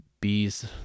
bees